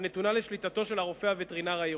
הנתונה לשליטתו של הרופא הווטרינר העירוני.